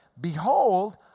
Behold